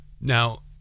Now